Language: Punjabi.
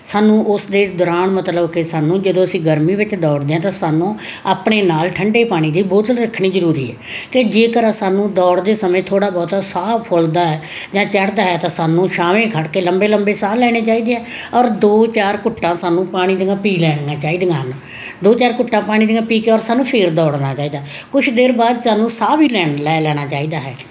ਸਾਨੂੰ ਉਸ ਦੇ ਦੌਰਾਨ ਮਤਲਬ ਕਿ ਸਾਨੂੰ ਜਦੋਂ ਅਸੀਂ ਗਰਮੀ ਵਿੱਚ ਦੌੜਦੇ ਆ ਤਾਂ ਸਾਨੂੰ ਆਪਣੇ ਨਾਲ ਠੰਡੇ ਪਾਣੀ ਦੀ ਬੋਤਲ ਰੱਖਣੀ ਜ਼ਰੂਰੀ ਹੈ ਅਤੇ ਜੇਕਰ ਸਾਨੂੰ ਦੌੜਦੇ ਸਮੇਂ ਥੋੜਾ ਬਹੁਤਾ ਸਾਹ ਫੁੱਲਦਾ ਜਾਂ ਚੜਦਾ ਹੈ ਤਾਂ ਸਾਨੂੰ ਛਾਵੇਂ ਖੜ ਕੇ ਲੰਬੇ ਲੰਬੇ ਸਾਹ ਲੈਣੇ ਚਾਹੀਦੇ ਆ ਔਰ ਦੋ ਚਾਰ ਘੁੱਟਾਂ ਸਾਨੂੰ ਪਾਣੀ ਦੀਆਂ ਪੀ ਲੈਣੀਆਂ ਚਾਹੀਦੀਆਂ ਹਨ ਦੋ ਚਾਰ ਘੁੱਟਾਂ ਪਾਣੀ ਦੀਆਂ ਪੀ ਕੇ ਔਰ ਸਾਨੂੰ ਫੇਰ ਦੌੜਨਾ ਚਾਹੀਦਾ ਕੁਛ ਦੇਰ ਬਾਅਦ ਸਾਨੂੰ ਸਾਹ ਵੀ ਲੈਣ ਲੈ ਲੈਣਾ ਚਾਹੀਦਾ ਹੈ